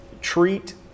Treat